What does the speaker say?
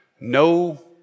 No